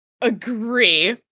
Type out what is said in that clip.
agree